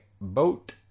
boat